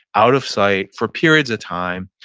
out of sight for periods of time,